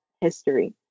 history